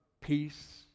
peace